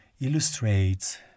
illustrates